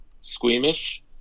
squeamish